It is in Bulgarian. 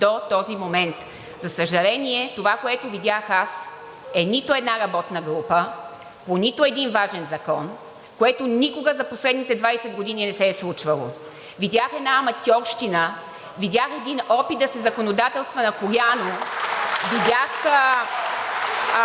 За съжаление, това, което видях аз, е нито една работна група по нито един важен закон, което никога за последните 20 години не се е случвало, видях една аматьорщина, видях един опит да се законодателства на коляно